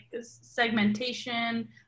segmentation